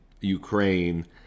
Ukraine